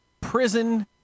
Prison